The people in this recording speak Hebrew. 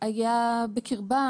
היה בקרבם,